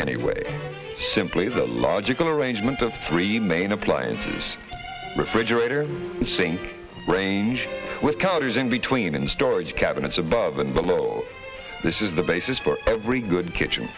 anyway simply the logical arrangement of three main appliances refrigerator sink range with counters in between and storage cabinets above and below this is the basis for every good kitchen